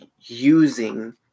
using